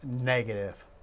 negative